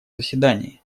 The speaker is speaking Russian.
заседании